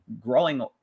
growing